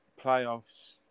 Playoffs